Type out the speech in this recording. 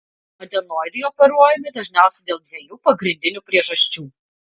adenoidai operuojami dažniausiai dėl dviejų pagrindinių priežasčių